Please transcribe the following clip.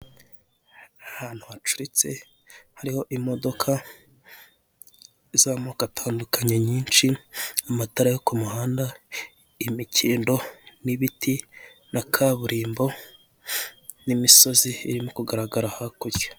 Ahantu hacuritse hariho imodoka z'amoko atandukanye nyinshi, amatara yo ku muhanda, imikindo n'ibiti na kaburimbo n'imisozi irimo kugaragara hakurya.